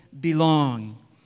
belong